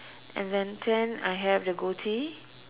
and then ten I have the goatee